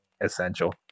essential